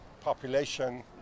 population